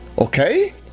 Okay